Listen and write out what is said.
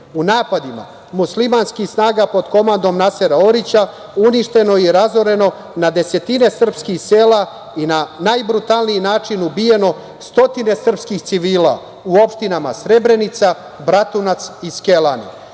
u napadima muslimanskih snaga pod komandom Nasera Orića uništeno je i razoreno desetine srpskih sela i na najbrutalniji način ubijeno stotine srpskih civila u opštinama Srebrenica, Bratunac i Skelani.